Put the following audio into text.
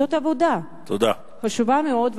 זאת עבודה חשובה מאוד,